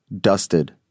dusted